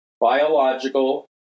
biological